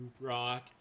rock